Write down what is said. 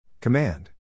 Command